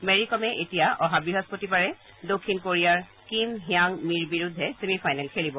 মেৰিকমে এতিয়া অহা বৃহস্পতিবাৰে দক্ষিণ কোৰিয়াৰ কিম হ্যাং মিৰ বিৰুদ্ধে ছেমি ফাইনেল খেলিব